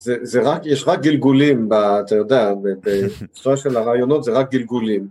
זה רק, יש רק גלגולים אתה יודע בצורה של הרעיונות, זה רק גלגולים.